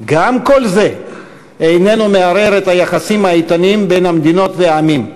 גם כל זה איננו מערער את היחסים האיתנים בין המדינות והעמים,